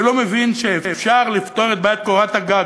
שלא מבין שאפשר לפתור את בעיית קורת הגג,